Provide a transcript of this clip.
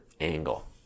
angle